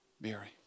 Mary